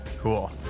Cool